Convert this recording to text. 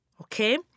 okay